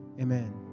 amen